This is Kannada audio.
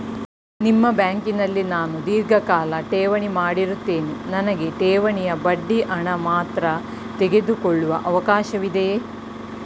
ನಿಮ್ಮ ಬ್ಯಾಂಕಿನಲ್ಲಿ ನಾನು ಧೀರ್ಘಕಾಲ ಠೇವಣಿ ಮಾಡಿರುತ್ತೇನೆ ನನಗೆ ಠೇವಣಿಯ ಬಡ್ಡಿ ಹಣ ಮಾತ್ರ ತೆಗೆದುಕೊಳ್ಳುವ ಅವಕಾಶವಿದೆಯೇ?